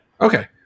Okay